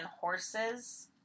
horses